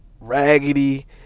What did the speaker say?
Raggedy